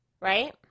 right